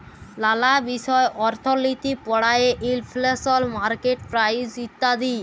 লালা বিষয় অর্থলিতি পড়ায়ে ইলফ্লেশল, মার্কেট প্রাইস ইত্যাদি